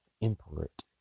import